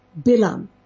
Bilam